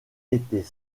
été